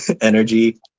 energy